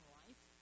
life